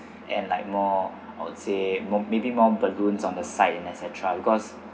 and like more I would say maybe more balloons on the site and etcetera because